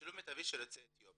שילוב מיטבי של יוצאי אתיופיה.